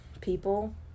people